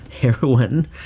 heroin